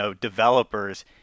developers